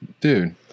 dude